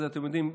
אתם יודעים,